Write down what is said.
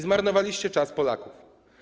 Zmarnowaliście czas Polaków.